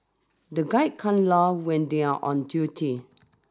the guide can't laugh when they are on duty